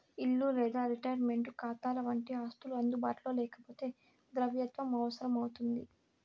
ఇల్లు లేదా రిటైర్మంటు కాతాలవంటి ఆస్తులు అందుబాటులో లేకపోతే ద్రవ్యత్వం అవసరం అవుతుంది